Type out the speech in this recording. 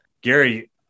Gary